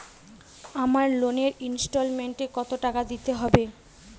আমার লোনের ইনস্টলমেন্টৈ কত টাকা দিতে হবে?